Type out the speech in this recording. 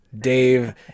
Dave